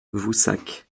voussac